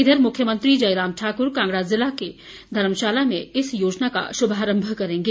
इधर मुख्यमंत्री जयराम ठाकुर कांगड़ा जिला के धर्मशाला में इस योजना का शुभारंभ करेंगे